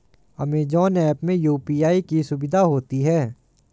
Amazon app में UPI की सुविधा होती है